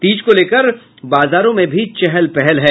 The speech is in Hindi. तीज को लेकर बाजारों में भी चहल पहल है